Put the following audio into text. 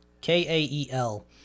K-A-E-L